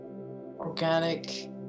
organic